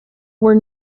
were